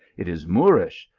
it is moorish,